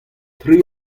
tri